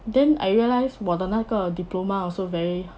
then I realised 我的那个 diploma also very